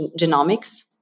Genomics